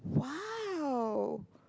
!wow!